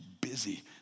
busy